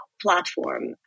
platform